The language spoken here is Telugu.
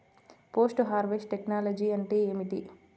పోస్ట్ హార్వెస్ట్ టెక్నాలజీ అంటే ఏమిటి?